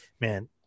man